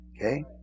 Okay